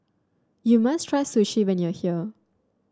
you must try Sushi when you are here